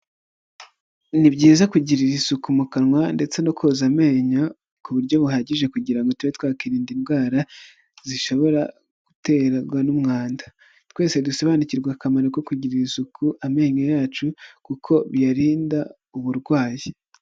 Ni byiza kugirira isuku mu kanwa ndetse no koza amenyo ku buryo buhagije kugira ngo tube twakirinda indwara zishobora guterwa n'umwanda, twese dusobanukirwa akamaro ko kugirira isuku amenyo yacu kuko biyarinda uburwayi.